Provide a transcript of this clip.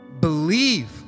believe